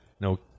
No